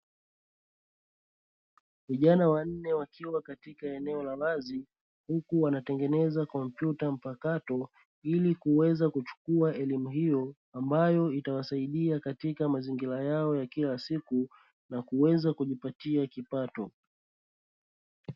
Vijana wanne wakiwa katika eneo la wazi, huku wanatengeneza kompyuta mpakato, ili kuweza kuchukua elimu hiyo ambayo itawasaidia katika mazingira yao ya kila siku, na kuweza kujipatia kipato.